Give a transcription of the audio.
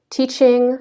teaching